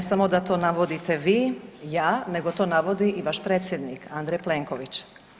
Ne samo da to navodite vi, ja nego to navodi i vaš predsjednik Andrej Plenković.